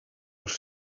els